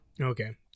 Okay